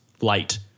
light